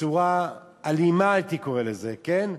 בצורה אלימה, הייתי קורא לזה, כן,